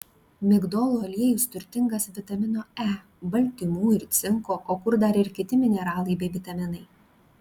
migdolų aliejus turtingas vitamino e baltymų ir cinko o kur dar ir kiti mineralai bei vitaminai